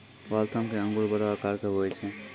Waltham के अंगूर बड़ो आकार के हुवै छै